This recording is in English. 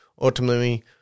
ultimately